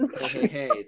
hey